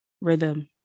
rhythm